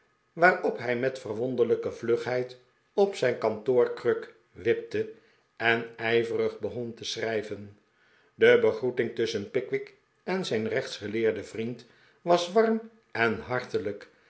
waarop hij met verwonderlijke vlugheid op zijn kantoorkruk wipte en ijverig begon te schrijven de begroeting tusschen pickwick en zijn rechtsgeleerden vriend was warm en hartelijk